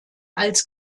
als